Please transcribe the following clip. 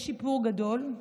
יש שיפור גדול,